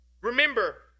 Remember